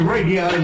Radio